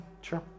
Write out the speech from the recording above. Sure